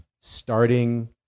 Starting